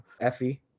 Effie